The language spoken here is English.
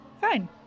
Fine